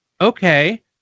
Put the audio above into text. okay